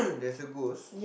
there's a ghost